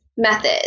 methods